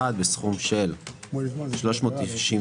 יש מודל של קלטה ישירה,